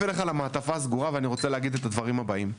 אני מצטרף אליך למעטפה הסגורה ואני רוצה להגיד את הדברים הבאים,